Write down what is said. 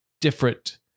different